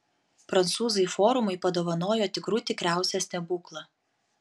prancūzai forumui padovanojo tikrų tikriausią stebuklą